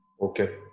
Okay